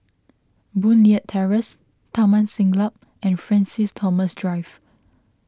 Boon Leat Terrace Taman Siglap and Francis Thomas Drive